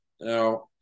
Now